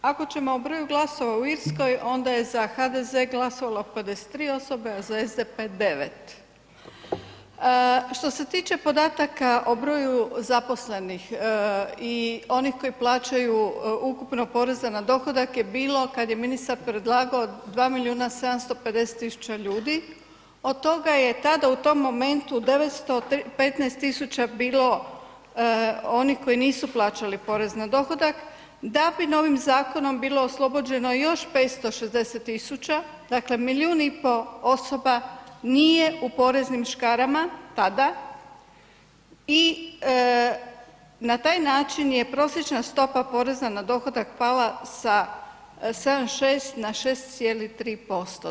Ako ćemo o broju glasova u Irskoj onda je za HDZ glasovalo 53 osobe, a za SDP 9. Što se tiče podataka o broju zaposlenih i onih koji plaćaju ukupno porezna na dohodak je bilo kad je ministar predlagao 2.750.000 ljudi od toga je tada u tom momentu 915.000 bilo onih koji nisu plaćali porez na dohodak, da bi novim zakonom bilo oslobođeno još 560.000, dakle 1,5 milion osoba nije u poreznim škarama tada i na taj način je prosječna stopa poreza na dohodak pala sa 7,6 na 6,3%